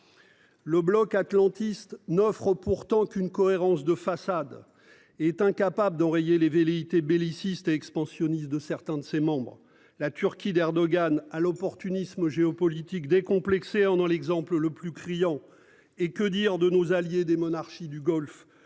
Le Bloc atlantiste n'offrent pourtant qu'une cohérence de façade. Et est incapable d'enrayer les velléités bellicistes et expansionnistes de certains de ses membres. La Turquie d'Erdogan à l'opportunisme géopolitique décomplexé en dans l'exemple le plus criant. Et que dire de nos alliés des monarchies du Golfe.